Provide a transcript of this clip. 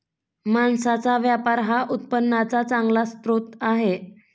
मांसाचा व्यापार हा उत्पन्नाचा चांगला स्रोत आहे